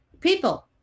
People